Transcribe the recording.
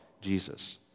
Jesus